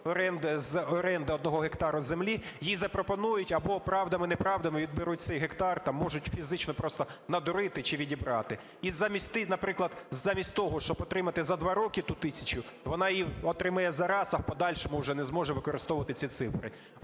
з оренди 1 гектара землі, їй запропонують або правдами-неправдами відберуть цей гектар, там можуть фізично просто надурити чи відібрати. І замість, наприклад, замість того, щоб отримати за два роки ту тисячу, вона її отримає за раз, а в подальшому вже не зможе використовувати ці цифри.